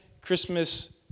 Christmas